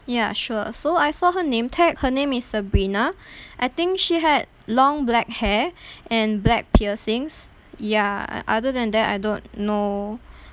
ya sure so I saw her name tag her name is sabrina I think she had long black hair and black piercings ya other than that I don't know